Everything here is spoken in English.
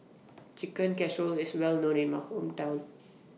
Chicken Casserole IS Well known in My Hometown